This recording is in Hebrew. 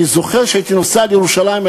אני זוכר שכשהייתי נוסע לירושלים,